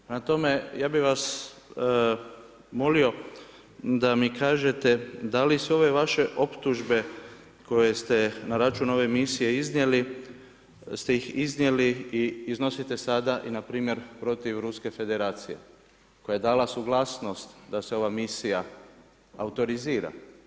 Prema tome, ja bih vas molio da mi kažete da li sve ove vaše optužbe koje ste na račun ove misije iznijeli ste ih iznijeli i iznosite sada na primjer protiv Ruske Federacije koja je dala suglasnost da se ova misija autorizira.